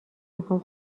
میخوام